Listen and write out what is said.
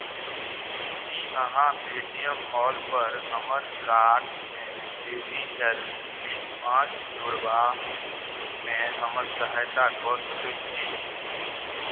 की अहाँ Paytm मॉलपर हमर काॅर्टमे जे बी एल फ्लिप पाँच जोड़बामे हमर सहायता कऽ सकैत छी